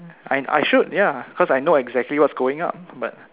I I should ya cause I know exactly what's going up but